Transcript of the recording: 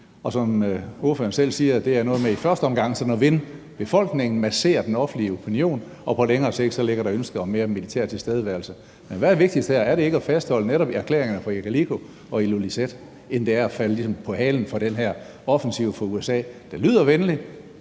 Og som ordføreren selv siger, er det noget med i første omgang sådan at vinde befolkningen, massere den offentlige opinion, og på længere sigt ligger der ønsket om mere militær tilstedeværelse. Men hvad er vigtigst her? Er det ikke vigtigere netop at fastholde erklæringerne fra Igaliku og Ilulissat, end det er ligesom at falde på halen for den her offensiv fra USA? Den lyder venlig,